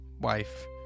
wife